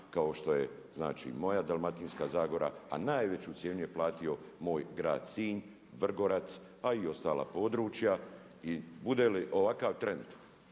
kao što je znači moja Dalmatinska zagora a najveću cijenu je platio moj grad Sinj, Vrgorac, pa i ostala područja. I bude li ovakav trend